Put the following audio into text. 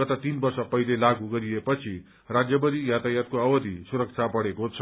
गत तीन वर्ष पहिले लागू गरिए पछि राज्यभरि यातायातको अवधि सुरक्षा बढेको छ